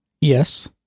Yes